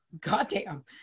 goddamn